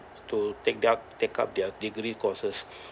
to take their take up their degree courses